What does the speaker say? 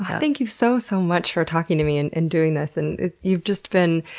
thank you so, so much for talking to me and and doing this, and you've just been,